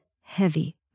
heavy